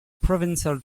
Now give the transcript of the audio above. provincial